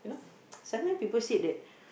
sometime people said that